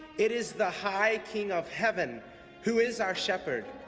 it is the high king of heaven who is our shepherd.